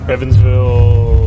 Evansville